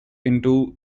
into